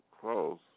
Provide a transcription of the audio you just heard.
close